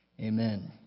Amen